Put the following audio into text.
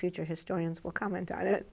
future historians will comment on it